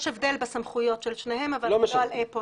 יש הבדל בסמכויות של שניהם, אבל אני לא אלאה פה.